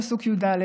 פסוק י"ד,